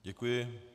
Děkuji.